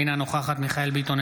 אינה נוכחת מיכאל מרדכי ביטון,